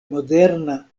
moderna